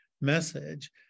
message